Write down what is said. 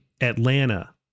Atlanta